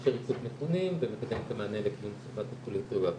לאפשר איסוף נתונים ומקדם את המענה לקידום סביבה טיפולית טובה,